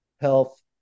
health